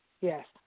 yes